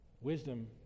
Wisdom